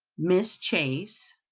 miss chase,